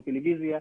או טלוויזיה,